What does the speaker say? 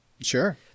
Sure